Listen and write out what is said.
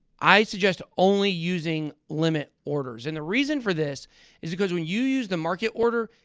i suggest only using limit orders. and the reason for this is because when you use the market order,